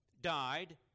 died